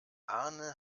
arne